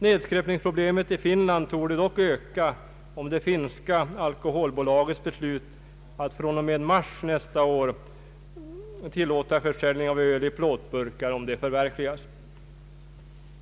Nedskräpningsproblemet i Finland torde dock öka om det finska Alkoholbolagets beslut att fr.o.m. mars nästa år tillåta försäljning av öl i plåtburkar förverkligas.